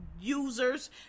users